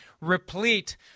replete